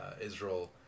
Israel